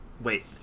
Wait